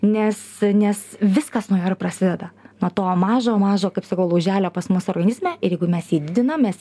nes nes viskas nuo jo ir prasideda nuo to mažo mažo kaip sakau lūželio pas mus organizme ir jeigu mes jį didinam mes